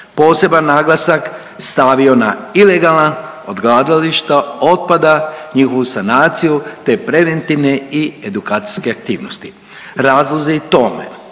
poseban naglasak stavio na ilegalan odlagališta otpada, njihovu sanaciju te preventivne i edukacijske aktivnosti. Razlozi tome